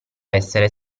essere